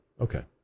Okay